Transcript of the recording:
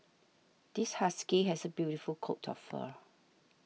this husky has a beautiful coat of fur